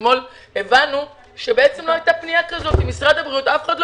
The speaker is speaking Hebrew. אתמול הבנו שבעצם לא הייתה פנייה כזאת למשרד הבריאות ואף אחד לא